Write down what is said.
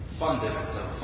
fundamental